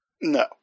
No